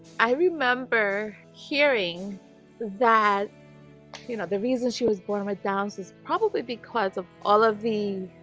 i remember hearing that you know the reason she was born with, down's is probably because of all of the?